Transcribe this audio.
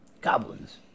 Goblins